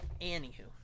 Anywho